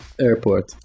airport